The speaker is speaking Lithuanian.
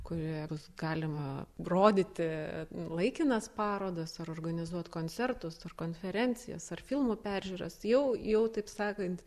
kurioje bus galima rodyti laikinas parodas ar organizuot koncertus konferencijas ar filmų peržiūras jau jau taip sakant